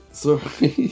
sorry